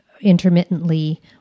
intermittently